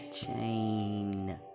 chain